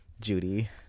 Judy